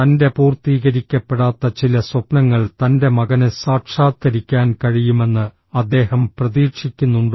തൻ്റെ പൂർത്തീകരിക്കപ്പെടാത്ത ചില സ്വപ്നങ്ങൾ തൻ്റെ മകന് സാക്ഷാത്കരിക്കാൻ കഴിയുമെന്ന് അദ്ദേഹം പ്രതീക്ഷിക്കുന്നുണ്ടോ